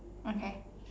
okay